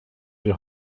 die